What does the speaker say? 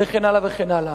וכן הלאה וכן הלאה.